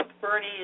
Bernie